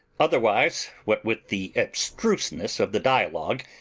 otherwise, what with the abstruseness of the dialogue,